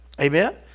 Amen